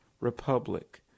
republic